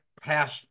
past